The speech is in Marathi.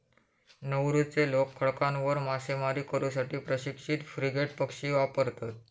नौरूचे लोक खडकांवर मासेमारी करू साठी प्रशिक्षित फ्रिगेट पक्षी वापरतत